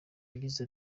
yagize